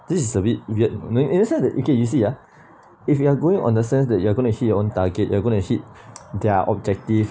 this is a bit weird I mean in the sense that okay you see ah if you are going on the sense that you are gonna actually hit your own target you're gonna hit their objective